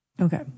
Okay